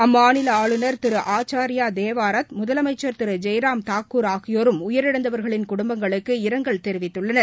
அம்மாநிலஆளுநர் திருஆச்சாரியாதேவாராத் முதலமைச்சர் திருஜெய்ராம் தாக்கூர் ஆகியோரும் உயிரிழந்தவர்களின் குடும்பங்களுக்கு இரங்கல் தெரிவித்துள்ளனர்